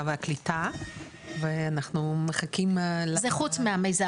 והקליטה ואנחנו מחכים ל- -- זה חוץ מהמיזם